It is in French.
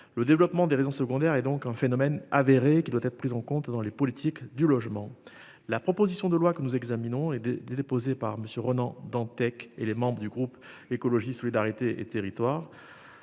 Le développement des réseaux secondaires et donc un phénomène avéré qui doit être prise en compte dans les politiques du logement. La proposition de loi que nous examinons et des des déposée par Monsieur Ronan Dantec, et les membres du groupe écologiste solidarité et territoires